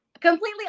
Completely